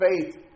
faith